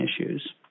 issues